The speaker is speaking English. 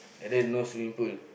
and there no swimming pool